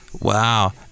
Wow